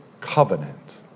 covenant